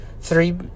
three